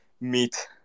meet